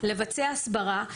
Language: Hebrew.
לבצע הסברה,